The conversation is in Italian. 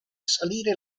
salire